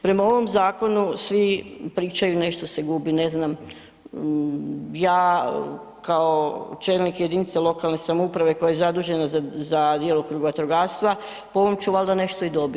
Prema ovom zakonu svi pričaju nešto se gubi, ne znam, ja kao čelnik jedinice lokalne samouprave koja je zadužena za djelokrug vatrogastva po ovom ću valjda nešto i dobiti.